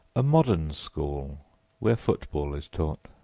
a modern school where football is taught.